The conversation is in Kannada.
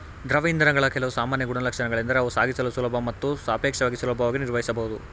ದ್ರವ ಇಂಧನಗಳ ಕೆಲವು ಸಾಮಾನ್ಯ ಗುಣಲಕ್ಷಣಗಳೆಂದರೆ ಅವು ಸಾಗಿಸಲು ಸುಲಭ ಮತ್ತು ಸಾಪೇಕ್ಷವಾಗಿ ಸುಲಭವಾಗಿ ನಿರ್ವಹಿಸಬಹುದು